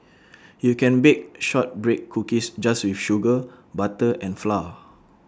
you can bake Shortbread Cookies just with sugar butter and flour